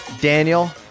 Daniel